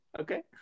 Okay